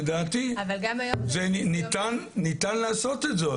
לדעתי, ניתן לעשות זאת.